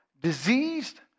diseased